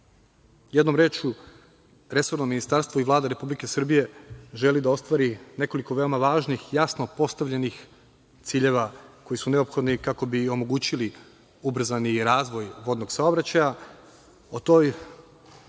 jednom rečju resorno Ministarstvo i Vlada Republike Srbije, želi da ostvari nekoliko veoma važnih, jasno postavljenih ciljeva koji su neophodni, kako bi omogućili ubrzani razvoj vodnog saobraćaja.